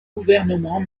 gouvernement